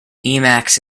emacs